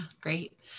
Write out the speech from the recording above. great